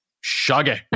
shaggy